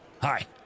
Hi